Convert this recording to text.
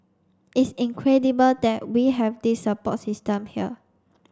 it's incredible that we have this support system here